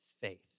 faith